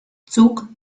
zug